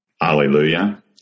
hallelujah